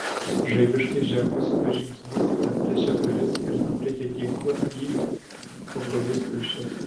žaibiškai žengusi du žingsnius atplėšė duris ir nukreipė ginklą į kambarys tuščias